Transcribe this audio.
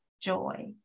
joy